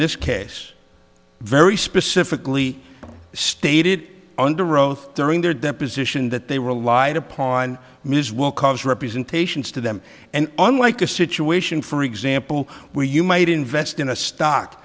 this case very specifically stated under oath during their deposition that they relied upon ms will cause representations to them and unlike a situation for example where you might invest in a stock